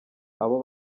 abo